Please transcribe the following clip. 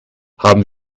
haben